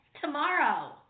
Tomorrow